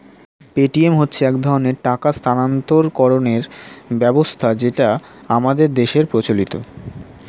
Paytm হচ্ছে এক ধরনের টাকা স্থানান্তরকরণের ব্যবস্থা যেটা আমাদের দেশের প্রচলিত